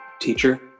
teacher